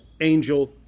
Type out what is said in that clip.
angel